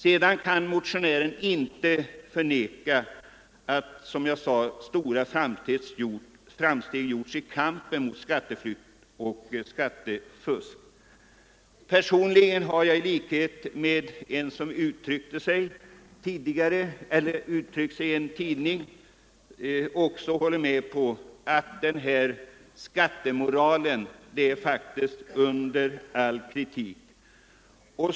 Och motionären kan inte förneka att stora framsteg gjorts i kampen mot skatteflykt och skattefusk. Personligen tycker jag i likhet med en insändare i en tidning att skattemoralen är under all kritik.